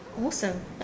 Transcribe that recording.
awesome